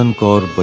and god but